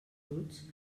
bruts